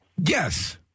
Yes